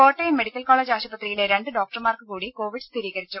രേര Kottayam medical college ആശുപത്രിയിലെ രണ്ട് ഡോക്ടർമാർക്കു കൂടി കോവിഡ് സ്ഥിരീകരിച്ചു